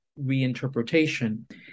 reinterpretation